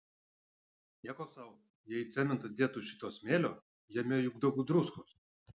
nieko sau jei į cementą dėtų šito smėlio jame juk daug druskos